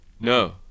No